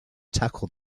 tackle